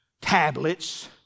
tablets